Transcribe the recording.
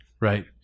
Right